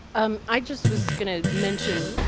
um i just was going to mention,